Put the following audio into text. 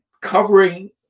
covering